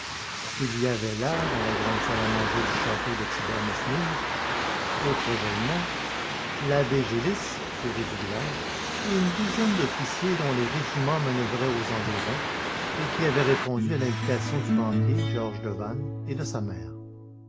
il y avait là dans la grande salle à manger du château de thibermesnil outre velmont l'abbé gélis curé du village et une douzaine d'officiers dont les régiments manoeuvraient aux environs et qui avaient répondu à l'invitation du banquier georges devanne et de sa mère